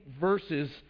verses